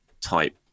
type